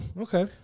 okay